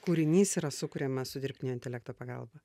kūrinys yra sukuriamas su dirbtinio intelekto pagalba